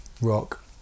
rock